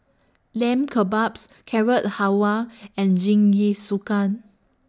Lamb Kebabs Carrot Halwa and Jingisukan